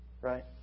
right